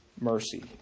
mercy